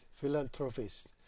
philanthropist